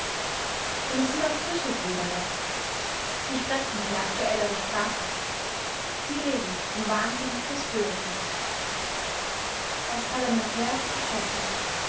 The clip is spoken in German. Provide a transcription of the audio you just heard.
und es sind auch frische gräber da sie sprechen eine aktuellere sprache sie reden vom wahnsinn des bürgerkrieges als parlamentär erschossen